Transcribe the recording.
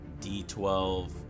d12